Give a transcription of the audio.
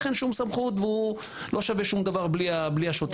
אין שום סמכות והוא לא שווה שום דבר בלי השוטר.